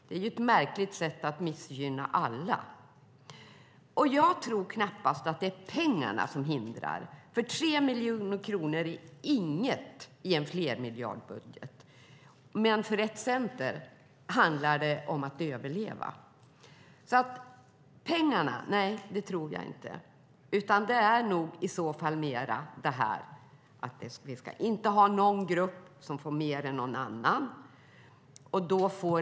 Det är ett märkligt sätt att missgynna alla. Jag tror knappast att det är pengarna som hindrar. 3 miljoner kronor är inget i en flermiljardbudget. Men för Rett Center handlar det om att överleva. Jag tror alltså inte att det handlar om pengarna. Det är nog i så fall mer detta att vi inte ska ha någon grupp som får mer än någon annan.